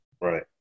Right